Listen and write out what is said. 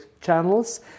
channels